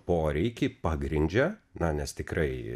poreikį pagrindžia na nes tikrai